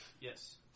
Yes